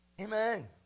Amen